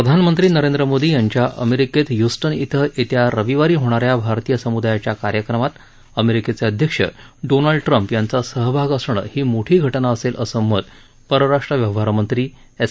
प्रधानमंत्री नरेंद्र मोदी यांच्या अमेरिकेत ह्युस्टन धिं येत्या रविवारी होणा या भारतीय समुदायाच्या कार्यक्रमात अमेरिकेचे अध्यक्ष डोनाल्ड ट्रम्प यांचा सहभाग असणं ही मोठी घटना असेल असं मत परराष्ट्र व्यवहारमंत्री एस